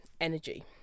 energy